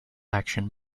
action